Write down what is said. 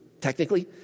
technically